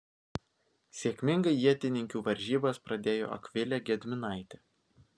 sėkmingai ietininkių varžybas pradėjo akvilė gedminaitė